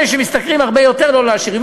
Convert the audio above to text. אלה שמשתכרים הרבה יותר, לא לעשירים.